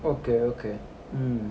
okay okay mm